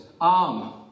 arm